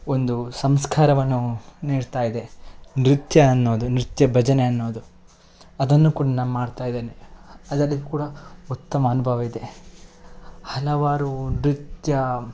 ಒಂದು ಸಂಸ್ಕಾರವನ್ನು ನೀಡ್ತಾ ಇದೆ ನೃತ್ಯ ಅನ್ನೋದು ನೃತ್ಯ ಭಜನೆ ಅನ್ನೋದು ಅದನ್ನು ಕೂಡ ನಾನು ಮಾಡ್ತಾ ಇದ್ದೇನೆ ಅದರಲ್ಲಿ ಕೂಡ ಉತ್ತಮ ಅನುಭವ ಇದೆ ಹಲವಾರು ನೃತ್ಯ